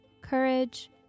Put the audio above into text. courage